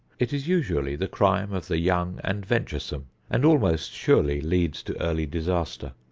it is usually the crime of the young and venturesome and almost surely leads to early disaster.